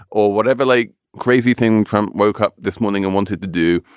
or whatever, like crazy thing from woke up this morning and wanted to do,